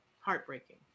heartbreaking